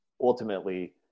ultimately